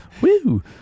woo